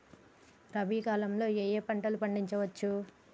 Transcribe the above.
రబీ కాలంలో ఏ ఏ పంట పండించచ్చు?